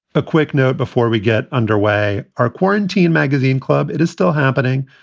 a quick note before we get underway. our quarantine magazine club, it is still happening.